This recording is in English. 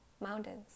mountains